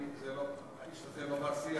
האיש הזה לא בר-שיח,